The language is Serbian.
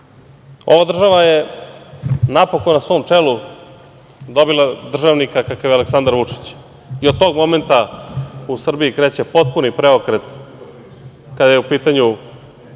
država je napokon na svom čelu dobila državnika kakav je Aleksandar Vučić i od toga momenta u Srbiji kreće potpuni preokret kada je u pitanju